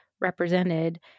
represented